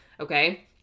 okay